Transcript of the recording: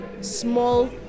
small